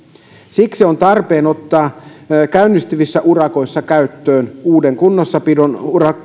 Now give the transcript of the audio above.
siksi on tarpeen ottaa käynnistyvissä urakoissa käyttöön uusi kunnossapidon